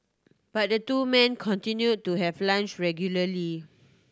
but the two men continued to have lunch regularly